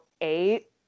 eight